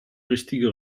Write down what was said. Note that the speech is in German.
richtige